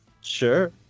Sure